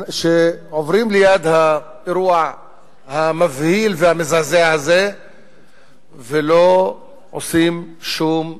שעוברים ליד האירוע המבהיל והמזעזע הזה ולא עושים שום דבר.